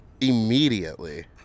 immediately